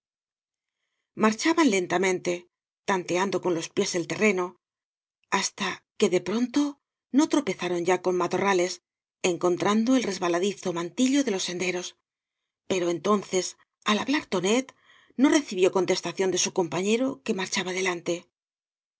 marchaban lentamente tanteando con los pies el terreno hasta que de pronto no tropezaron ya con matorrales encontrando el resbaladizo mantillo de los senderos pero entonces al hablar tonet no recibió contestación de su compañero que marchaba delante